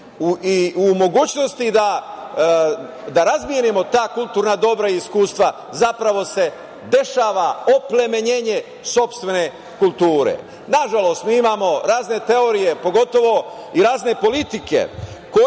i u mogućnosti da razmenimo ta kulturna dobra i iskustva, zapravo se dešava oplemenjenje sopstvene kulture. Nažalost, mi imamo razne teorije pogotovo, i razne politike